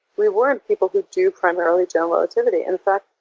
we weren't people who do primarily general relativity. in fact,